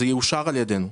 זה יאושר על ידנו,